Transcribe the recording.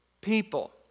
people